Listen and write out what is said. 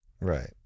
Right